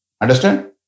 Understand